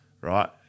right